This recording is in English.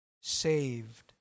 saved